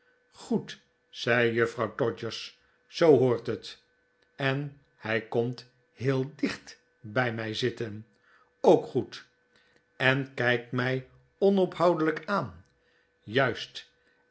goed zei juffrouw todgers zoo hoort het en hij komt heel dicht bij mij zitten ook goed en kijkt mij onophoudelijk aan juist